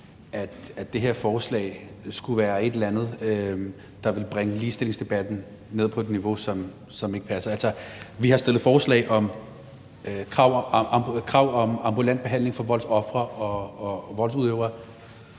om det her forslag skulle være et eller andet, der vil bringe ligestillingsdebatten ned på et niveau, som ikke passer. Vi har stillet krav om ambulant behandling for voldsofre og voldsudøvere.